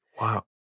Wow